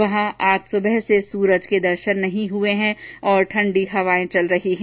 वहां आज सुबह से सूरज के दर्शन नहीं हुए हैं और ठंडी हवाएं चल रही है